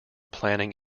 planning